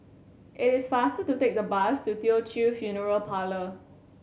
it is faster to take the bus to Teochew Funeral Parlour